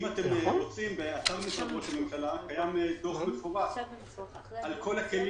אם אתם רוצים, קיים דוח מפורט על כל הכלים